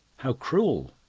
how cruel!